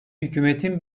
hükümetin